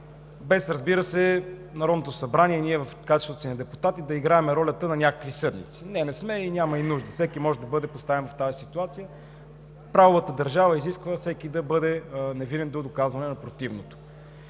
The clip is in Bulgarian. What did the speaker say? разбира се, без Народното събрание и ние в качеството на депутати да играем ролята на някакви съдници – не сме и няма нужда. Всеки може да бъде поставен в тази ситуация, но правовата държава изисква всеки да бъде невинен до доказване на противното.